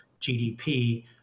GDP